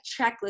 checklist